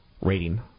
rating